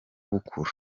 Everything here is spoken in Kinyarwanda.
bukura